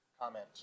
comment